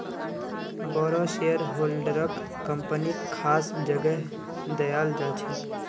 बोरो शेयरहोल्डरक कम्पनीत खास जगह दयाल जा छेक